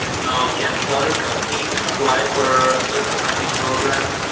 now can foreign companies apply for certain funding programs?